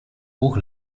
oog